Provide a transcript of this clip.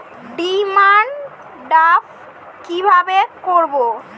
Demand draft কীভাবে করব?